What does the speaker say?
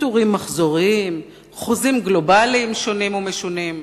פיטורים מחזוריים, חוזים גלובליים שונים ומשונים.